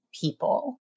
people